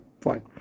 fine